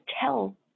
tell